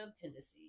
tendencies